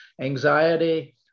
Anxiety